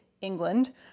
England